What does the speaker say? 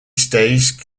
stayed